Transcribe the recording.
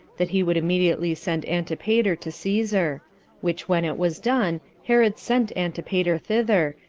that he would immediately send antipater to caesar which when it was done, herod sent antipater thither,